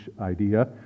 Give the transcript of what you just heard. idea